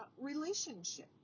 relationship